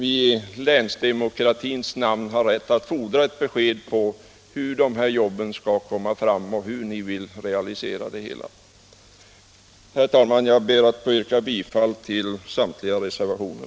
I länsdemokratins namn bör ni ge besked om hur jobben skall komma fram och hur ni vill realisera det hela. Herr talman! Jag ber att få yrka bifall till samtliga reservationer.